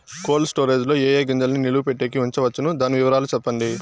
Cold storage లో ఏ ఏ గింజల్ని నిలువ పెట్టేకి ఉంచవచ్చును? దాని వివరాలు సెప్పండి?